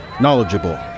knowledgeable